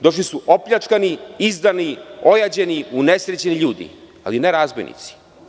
Došli su opljačkani, izdani, ojađeni, unesrećeni ljudi, ali ne razbojnici.